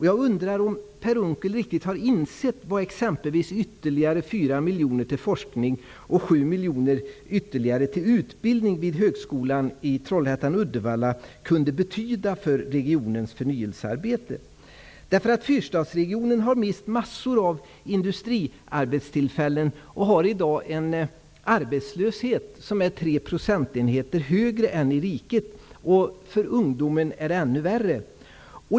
Jag undrar om Per Unckel riktigt har insett vad t.ex. ytterligare 4 miljoner kronor till forskning och ytterligare 7 miljoner kronor till utbildning vid högskolan i Trollhättan/Uddevalla kunde betyda för regionens förnyelsearbete. Fyrstadsregionen har mist en mängd industriarbetstillfällen och har i dag en arbetslöshet som är tre procentenheter högre än i riket. För ungdomen är det ännu värre.